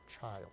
child